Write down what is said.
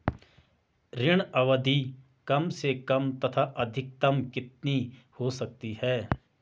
ऋण अवधि कम से कम तथा अधिकतम कितनी हो सकती है?